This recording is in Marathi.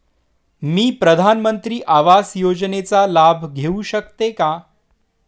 मी प्रधानमंत्री आवास योजनेचा लाभ घेऊ शकते का?